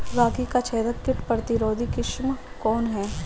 रागी क छेदक किट प्रतिरोधी किस्म कौन ह?